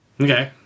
Okay